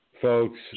Folks